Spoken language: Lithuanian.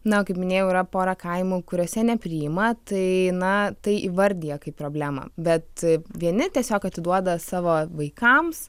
na o kaip minėjau yra pora kaimų kuriuose nepriima tai na tai įvardija kaip problemą bet vieni tiesiog atiduoda savo vaikams